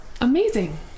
Amazing